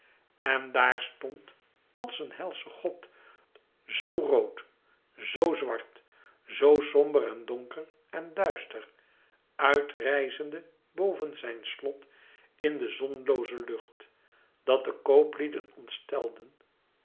en daar stond als een helsche god zoo rood zoo zwart zoo somber en donker en duister ùit rijzende boven zijn slot in de zonlooze lucht dat de